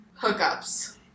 hookups